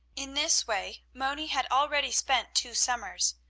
in this way moni had already spent two summers.